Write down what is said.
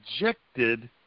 rejected